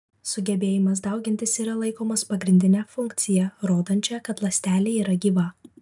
sugebėjimas daugintis yra laikomas pagrindine funkcija rodančia kad ląstelė yra gyva